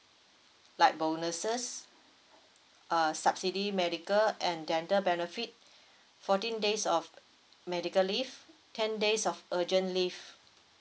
like bonuses uh subsidy medical and dental benefit fourteen days of medical leave ten days of urgent leave